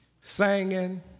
singing